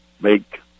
make